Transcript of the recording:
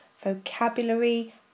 vocabulary